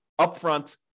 upfront